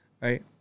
right